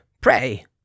pray